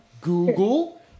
google